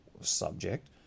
subject